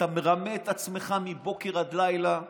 אתה מרמה את עצמך מבוקר עד לילה,